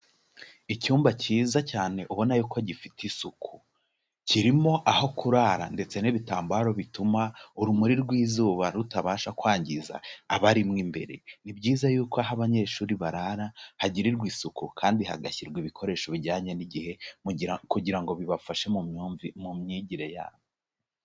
Icyumba kiza cyane ubona yuko gifite isuku, kirimo aho kurara ndetse n'ibitambaro bituma urumuri rw'izuba rutabasha kwangiza abarimo imbere, ni byiza yuko aho abanyeshuri barara hagirirwa isuku kandi hagashyirwa ibikoresho bijyanye n'igihe kugira ngo bibafashe mu mu myigire yabo.